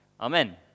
Amen